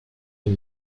est